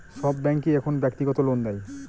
সব ব্যাঙ্কই এখন ব্যক্তিগত লোন দেয়